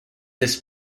this